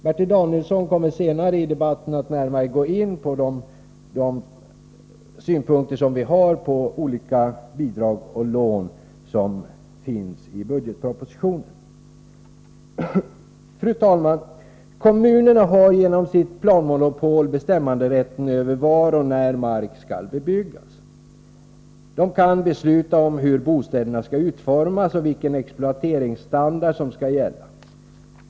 Bertil Danielsson kommer senare i debatten att närmare gå in på de synpunkter vi har på de olika bidrag och lån som föreslås i budgetpropositionen. Fru talman! Kommunerna har genom sitt planmonopol bestämmanderätten över var och när mark skall bebyggas. De kan besluta om hur bostäderna skall utformas och vilken exploateringsstandard som skall gälla.